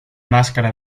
máscara